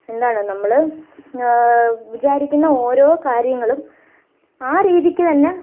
എന്താണ് നമ്മള് വിചാരിക്കുന്ന ഓരോ കാര്യങ്ങളും ആ രീതിക്ക് തന്നെ